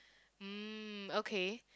mm okay